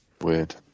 Weird